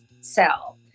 sell